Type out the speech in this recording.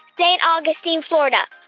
st. augustine, fla. and